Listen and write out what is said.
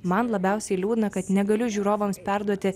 man labiausiai liūdna kad negaliu žiūrovams perduoti